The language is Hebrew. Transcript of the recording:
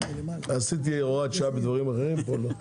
עשיתי הוראת שעה בדברים אחרים, פה לא.